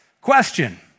Question